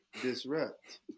disrupt